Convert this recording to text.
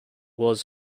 was